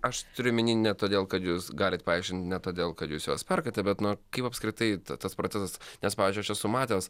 aš turiu omeny ne todėl kad jūs galit paaiškint ne todėl kad jūs juos perkate bet nu kaip apskritai tas procesas nes pavyzdžiui aš esu matęs